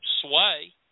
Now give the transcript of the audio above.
sway